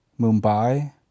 Mumbai